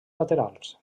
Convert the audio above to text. laterals